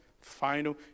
final